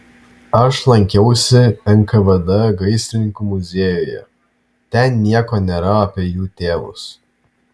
aš lankiausi nkvd gaisrininkų muziejuje ten nieko nėra apie jų tėvus